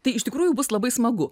tai iš tikrųjų bus labai smagu